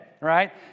right